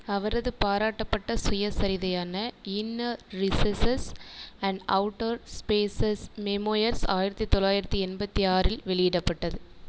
அவரது பாராட்டப்பட்ட சுயசரிதையான inner recesses and outer spaces memoirs ஆயிரத்தி தொள்ளாயிரத்தி எண்பத்தி ஆறில் வெளியிடப்பட்டது